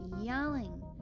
yelling